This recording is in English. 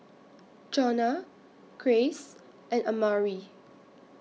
Jonna Grace and Amari